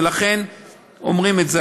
ולכן אומרים את זה.